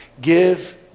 Give